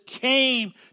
came